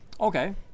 Okay